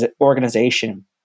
organization